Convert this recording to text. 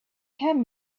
can